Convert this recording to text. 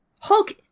Hulk